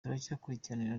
turacyakurikirana